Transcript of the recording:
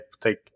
take